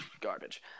garbage